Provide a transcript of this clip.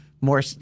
more